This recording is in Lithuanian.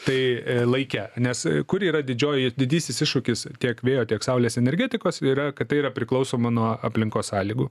tai laike nes kur yra didžioji didysis iššūkis tiek vėjo tiek saulės energetikos yra kad tai yra priklausoma nuo aplinkos sąlygų